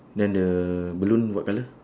then the balloon what colour